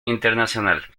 internacional